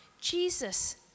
Jesus